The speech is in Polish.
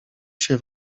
się